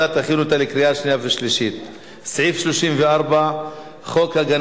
להצעת החוק הנ"ל הוצמדה הצעת חוק של חבר הכנסת